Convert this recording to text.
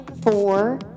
four